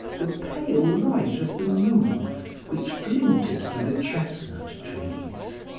the pale light of the moon which glinted through the chestnut-trees.